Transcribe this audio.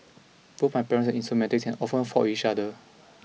both my parents are in somatics and often fought with each other